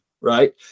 right